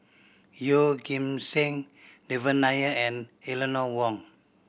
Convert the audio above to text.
Yeoh Ghim Seng Devan Nair and Eleanor Wong